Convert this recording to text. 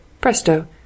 presto